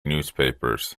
newspapers